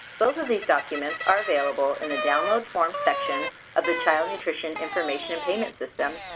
both of these documents are available in the download forms section of the child nutrition information and payment system,